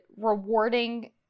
rewarding